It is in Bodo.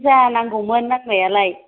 बुरजा नांगौमोन नांनायालाय